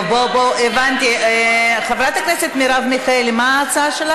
בתיאום עם ועדת העבודה, הרווחה והבריאות.